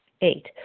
Eight